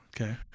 Okay